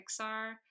Pixar